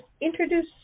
introduce